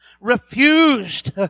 refused